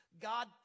God